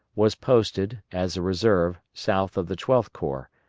was posted as a reserve, south of the twelfth corps,